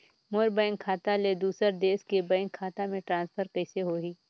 मोर bank खाता ले दुसर देश के बैंक खाता मे ट्रांसफर कइसे होही?